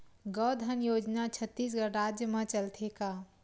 गौधन योजना छत्तीसगढ़ राज्य मा चलथे का?